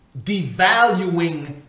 devaluing